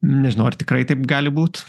nežinau ar tikrai taip gali būt